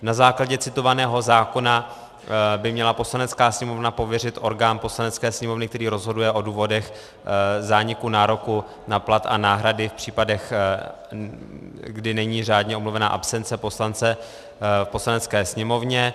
Na základě citovaného zákona by měla Poslanecká sněmovna pověřit orgán Poslanecké sněmovny, který rozhoduje o důvodech zániku nároku na plat a náhrady v případech, kdy není řádně omluvena absence poslance v Poslanecké sněmovně.